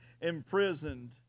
Imprisoned